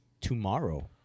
tomorrow